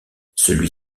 celui